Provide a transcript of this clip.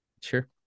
Sure